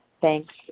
Thanks